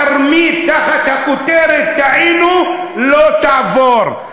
התרמית תחת הכותרת "טעינו" לא תעבור.